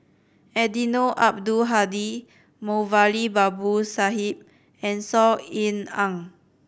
Eddino Abdul Hadi Moulavi Babu Sahib and Saw Ean Ang